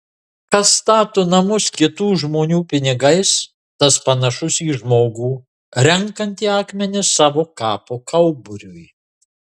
kas stato namus kitų žmonių pinigais tas panašus į žmogų renkantį akmenis savo kapo kauburiui